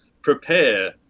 Prepare